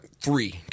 three